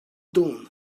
dawn